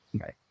Right